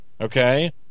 okay